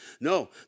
No